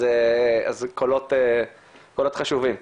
אז אלה קולות חשובים.